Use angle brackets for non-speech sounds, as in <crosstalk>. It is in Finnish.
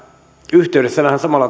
yhteydessä vähän samalla <unintelligible>